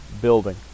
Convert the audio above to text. building